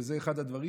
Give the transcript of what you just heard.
וזה אחד הדברים